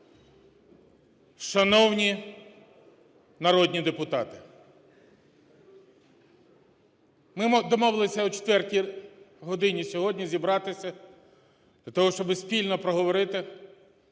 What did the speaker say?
шановні народні депутати! Ми домовилися о четвертій годині сьогодні зібратися для того, щоб спільно проговорити,